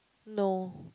no